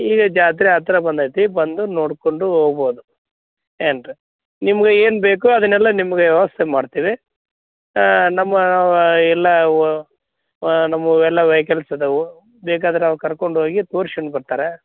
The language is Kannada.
ಈಗ ಜಾತ್ರೆ ಹತ್ರ ಬಂದೈತಿ ಬಂದು ನೋಡಿಕೊಂಡು ಹೋಗ್ಬೋದು ಏನು ರೀ ನಿಮಗೆ ಏನು ಬೇಕು ಅದನ್ನೆಲ್ಲ ನಿಮಗೆ ವ್ಯವಸ್ಥೆ ಮಾಡ್ತೀವಿ ನಮ್ಮವು ಎಲ್ಲ ವ ನಮ್ಮವೆಲ್ಲ ವೈಕಲ್ಸ್ ಅದಾವೆ ಬೇಕಾದರೆ ಅವ್ರು ಕರ್ಕೊಂಡು ಹೋಗಿ ತೋರ್ಸ್ಕಂಡ್ ಬರ್ತಾರೆ